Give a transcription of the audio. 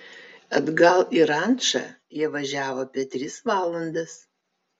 atgal į rančą jie važiavo apie tris valandas